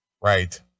Right